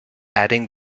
adding